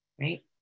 right